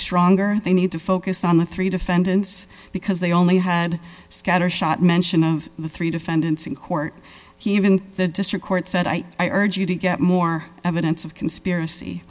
stronger they need to focus on the three defendants because they only had scattershot mention of the three defendants in court he even the district court said i i urge you to get more evidence of conspiracy